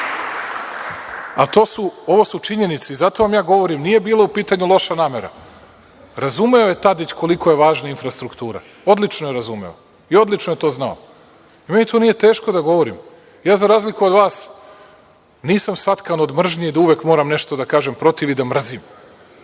34 dana. Ovo su činjenice i zato vam ja govorim nije bilo u pitanju loša namera. Razumeo je Tadić koliko je važna infrastruktura. Odlično je razumeo i odlično je to znao. Meni to nije teško da govorim. Ja za razliku od vas nisam satkan od mržnje i da uvek moram nešto da kažem protiv i da mrzim.